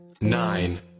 nine